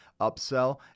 upsell